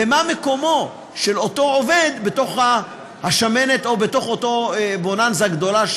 ומה מקומו של אותו עובד בתוך השמנת או בתוך אותה בוננזה גדולה,